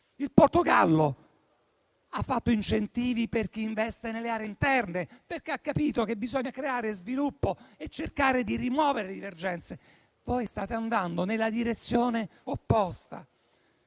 il Portogallo, che ha lanciato incentivi per chi investe nelle aree interne, perché ha capito che bisogna creare sviluppo e cercare di rimuovere le divergenze. Voi state andando nella direzione opposta.